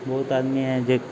बहुत आदमी हैं जो